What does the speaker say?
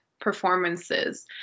performances